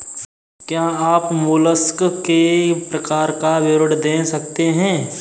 क्या आप मोलस्क के प्रकार का विवरण दे सकते हैं?